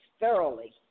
thoroughly